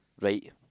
Right